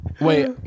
Wait